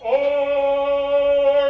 or